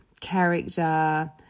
character